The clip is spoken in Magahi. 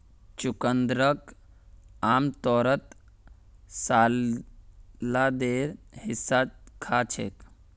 चुकंदरक आमतौरत सलादेर हिस्सा खा छेक